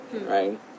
right